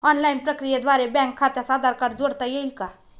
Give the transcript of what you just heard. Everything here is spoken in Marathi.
ऑनलाईन प्रक्रियेद्वारे बँक खात्यास आधार कार्ड जोडता येईल का?